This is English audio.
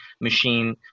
machine